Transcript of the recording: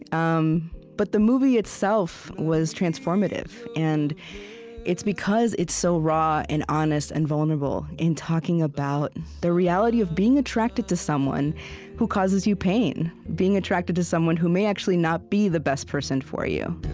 um but the movie itself was transformative. and it's because it's so raw and honest and vulnerable in talking about and the reality of being attracted to someone who causes you pain being attracted to someone who may actually not be the best person for you